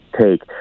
take